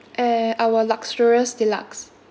and our luxurious deluxe